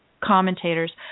commentators